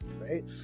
right